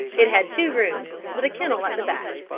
it had two rooms, with a kennel at the back.